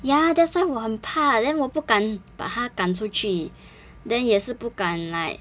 ya that's why 我很怕 then 我不敢把它赶出去 then 也是不敢 like